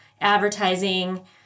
advertising